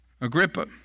Agrippa